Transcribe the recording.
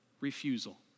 refusal